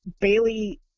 Bailey